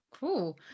Cool